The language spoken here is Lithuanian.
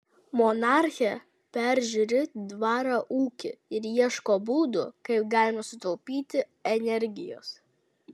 monarchė peržiūri dvaro ūkį ir ieško būdų kaip galima sutaupyti energijos